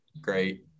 great